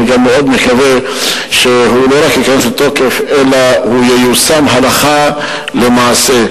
אני גם מאוד מקווה שהוא לא רק ייכנס לתוקף אלא ייושם הלכה למעשה.